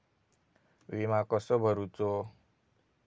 विमा कसो भरूचो?